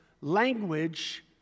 language